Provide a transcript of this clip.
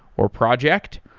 or project.